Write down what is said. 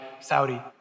Saudi